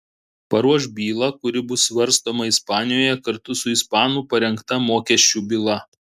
paruoš bylą kuri bus svarstoma ispanijoje kartu su ispanų parengta mokesčių byla